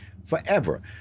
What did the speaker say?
forever